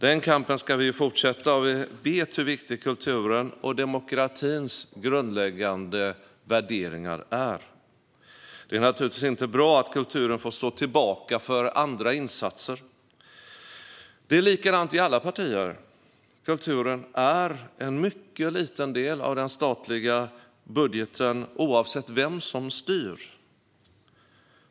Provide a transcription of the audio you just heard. Denna kamp ska vi fortsätta då vi vet hur viktig kulturen och demokratins grundläggande värderingar är. Det är naturligtvis inte bra att kulturen får stå tillbaka för andra insatser. Det är likadant i alla partier. Kulturen är en mycket liten del av den statliga budgeten oavsett vem som styr.